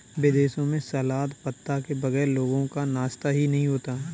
विदेशों में सलाद पत्ता के बगैर लोगों का नाश्ता ही नहीं होता